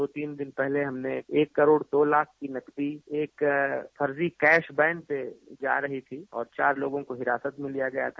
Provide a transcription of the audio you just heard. दो तीन दिन पहले ह मने एक करोड़ दो लाख की नकदी एक फर्जी कैश वैन जा रही थी और चार लोगों को हिरासत में लिया गया था